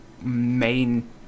main